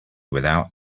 without